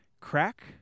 crack